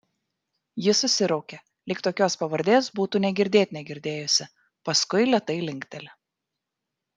ji susiraukia lyg tokios pavardės būtų nė girdėt negirdėjusi paskui lėtai linkteli